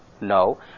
No